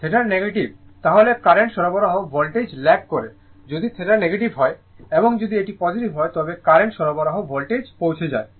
θ negative তাহলে current সরবরাহ voltage lag করে যদি θ নেগেটিভ হয় এবং যদি এটি পজিটিভ হয় তবে কারেন্ট সরবরাহ ভোল্টেজে পৌঁছে যায়